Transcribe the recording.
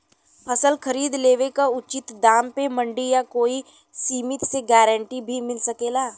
फसल खरीद लेवे क उचित दाम में मंडी या कोई समिति से गारंटी भी मिल सकेला?